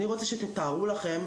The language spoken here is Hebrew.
אני רוצה שתתארו לכם,